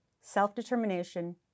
self-determination